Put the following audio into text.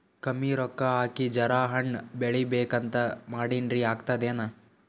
ಕಮ್ಮಿ ರೊಕ್ಕ ಹಾಕಿ ಜರಾ ಹಣ್ ಬೆಳಿಬೇಕಂತ ಮಾಡಿನ್ರಿ, ಆಗ್ತದೇನ?